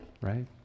right